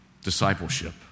Discipleship